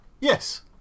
yes